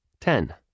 Ten